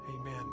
Amen